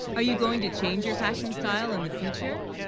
are you, going to change your fashion, style in the future